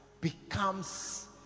becomes